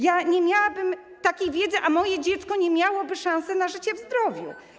Ja nie miałabym takiej wiedzy, a moje dziecko nie miałoby szansy na życie w zdrowiu.